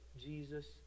Jesus